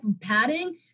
padding